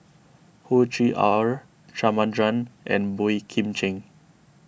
Hoey Choo R and Boey Kim Cheng